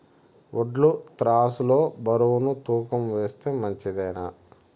వడ్లు త్రాసు లో బరువును తూకం వేస్తే మంచిదేనా?